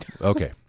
Okay